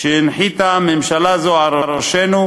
שהנחיתה ממשלה זו על ראשנו,